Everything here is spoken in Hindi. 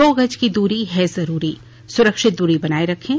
दो गज की दूरी है जरूरी सुरक्षित दूरी बनाए रखें